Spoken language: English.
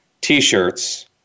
T-shirts